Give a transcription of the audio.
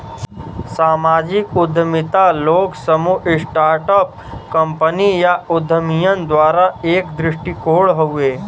सामाजिक उद्यमिता लोग, समूह, स्टार्ट अप कंपनी या उद्यमियन द्वारा एक दृष्टिकोण हउवे